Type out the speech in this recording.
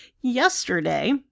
yesterday